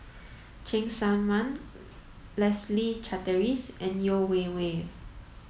Cheng Tsang Man Leslie Charteris and Yeo Wei Wei